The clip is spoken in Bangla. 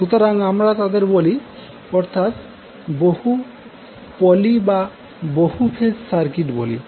সুতরাং আমরা তাদের পলি অর্থাৎ বহু ফেজ সার্কিট বলি